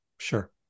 Sure